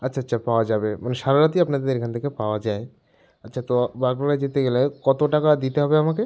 আচ্ছা আচ্ছা পাওয়া যাবে মানে সারা রাতই আপনাদের এখান থেকে পাওয়া যায় আচ্ছা তো বাগডোগরা যেতে গেলে কত টাকা দিতে হবে আমাকে